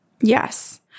Yes